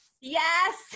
Yes